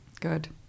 good